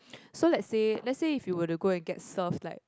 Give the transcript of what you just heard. so lets say lets say if you were to get and serve like